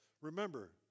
Remember